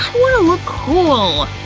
look cool!